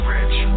Rich